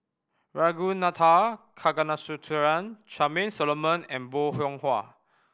Ragunathar Kanagasuntheram Charmaine Solomon and Bong Hiong Hwa